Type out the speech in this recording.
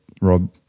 Rob